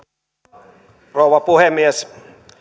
arvoisa rouva puhemies